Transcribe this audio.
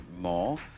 more